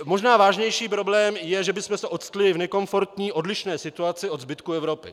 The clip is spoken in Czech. Možná vážnější problém je, že bychom se octli v nekomfortní odlišné situaci od zbytku Evropy.